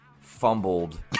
fumbled